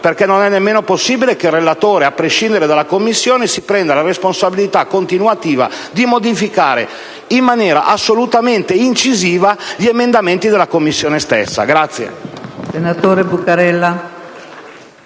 dicano. Non è possibile che il relatore, a prescindere dalla Commissione, si prenda la responsabilità continuativa di modificare in maniera assolutamente incisiva gli emendamenti della Commissione stessa. *(Applausi dai